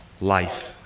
Life